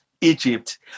Egypt